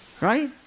Right